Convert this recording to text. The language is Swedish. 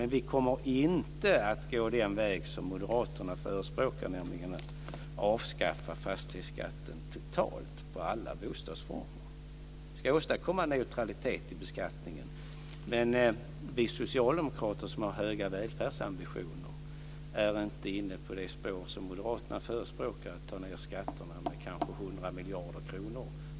Men vi kommer inte att gå den väg som moderaterna förespråkar, nämligen att avskaffa fastighetsskatten totalt på alla bostadsformer. Vi ska åstadkomma neutralitet i beskattningen. Men vi socialdemokrater, som har höga välfärdsambitioner, är inte inne på det spår som moderaterna förespråkar, att minska skatterna med kanske 100 miljarder kronor.